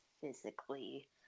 physically